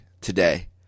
today